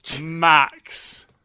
Max